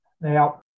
Now